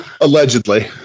Allegedly